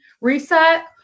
reset